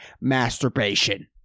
masturbation